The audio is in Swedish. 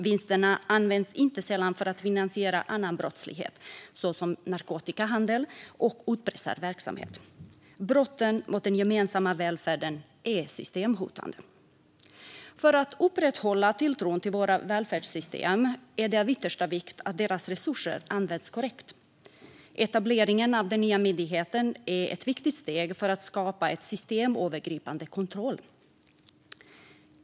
Vinsterna används inte sällan för att finansiera annan brottslighet såsom narkotikahandel och utpressarverksamhet. Brotten mot den gemensamma välfärden är systemhotande. För att upprätthålla tilltron till våra välfärdssystem är det av yttersta vikt att deras resurser används korrekt. Etableringen av den nya myndigheten är ett viktigt steg för att skapa en systemövergripande kontroll.